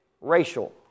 racial